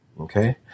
Okay